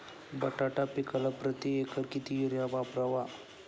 बटाटा पिकाला प्रती एकर किती युरिया वापरावा?